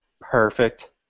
perfect